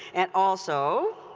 and also,